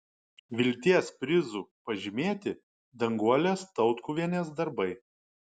vilties prizu pažymėti danguolės tautkuvienės darbai